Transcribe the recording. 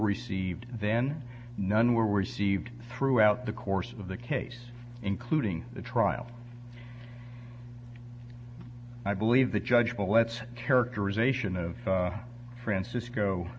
received then none were received throughout the course of the case including the trial i believe the judge well let's characterization of francisco